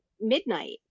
midnight